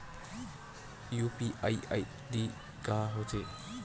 UPI ID का होथे?